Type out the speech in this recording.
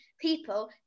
people